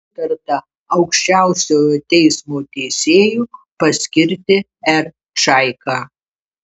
sutarta aukščiausiojo teismo teisėju paskirti r čaiką